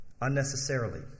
unnecessarily